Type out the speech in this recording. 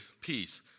peace